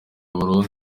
burundu